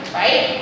right